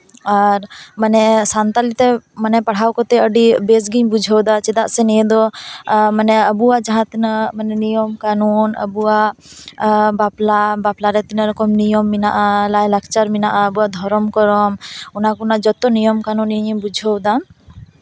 ᱟᱨ ᱢᱟᱱᱮ ᱥᱟᱱᱛᱟᱲᱤ ᱢᱟᱱᱮ ᱛᱮ ᱯᱟᱲᱦᱟᱣ ᱠᱟᱛᱮ ᱟᱹᱰᱤ ᱵᱮᱥᱜᱤᱧ ᱵᱩᱡᱷᱟᱹᱣᱫᱟ ᱪᱮᱫᱟᱜ ᱥᱮ ᱱᱤᱭᱟᱹ ᱫᱚ ᱟᱵᱩᱣᱟᱜ ᱡᱟᱦᱟᱸᱛᱤᱱᱟᱹᱜ ᱢᱟᱱᱮ ᱱᱤᱭᱚᱢ ᱠᱟ ᱱᱩᱱ ᱵᱟᱯᱞᱟ ᱵᱟᱯᱞᱟ ᱨᱮ ᱛᱤᱱᱟᱹᱜ ᱨᱚᱠᱚᱢ ᱱᱤᱭᱚᱢ ᱠᱚ ᱢᱮᱱᱟᱜᱼᱟ ᱞᱟᱭᱼᱞᱟᱠᱪᱟᱨ ᱢᱮᱱᱟᱜᱼᱟ ᱟᱵᱚᱣᱟᱜ ᱫᱷᱚᱨᱚᱢ ᱠᱚ ᱚᱱᱟ ᱡᱚᱛᱚ ᱱᱤᱭᱚᱢ ᱠᱟᱱᱩᱱᱤᱧ ᱵᱩᱡᱷᱟᱹᱣᱫᱟ